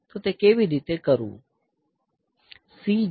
તો તે કેવી રીતે કરવું